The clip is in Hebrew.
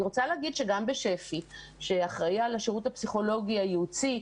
אני רוצה להגיד גם בשפ"י שאחראי על השירות הפסיכולוגי הייעוצי,